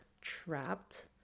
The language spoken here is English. trapped